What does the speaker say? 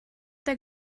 der